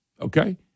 okay